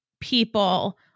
people